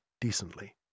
decently